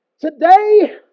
Today